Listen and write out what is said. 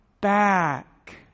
back